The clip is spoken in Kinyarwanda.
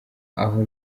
aho